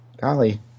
golly